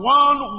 one